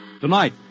Tonight